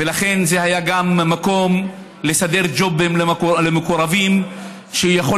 ולכן זה היה גם מקום לסדר ג'ובים למקורבים שיכול